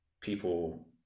People